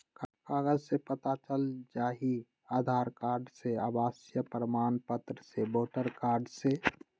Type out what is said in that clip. कागज से पता चल जाहई, आधार कार्ड से, आवासीय प्रमाण पत्र से, वोटर कार्ड से?